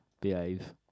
Behave